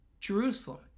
Jerusalem